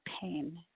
pain